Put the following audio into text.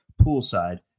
poolside